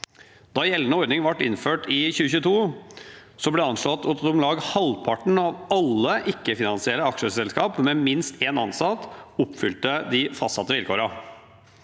Da gjeldende ordning ble innført i 2022, ble det anslått at om lag halvparten av alle ikke-finansierte aksjeselskap med minst en ansatt oppfylte de fastsatte vilkårene.